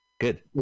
Good